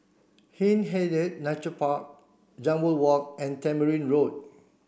Hindhede Nature Park Jambol Walk and Tamarind Road